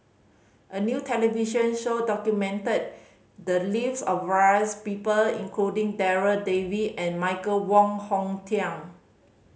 a new television show documented the lives of various people including Darryl David and Michael Wong Hong Teng